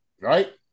right